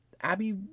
Abby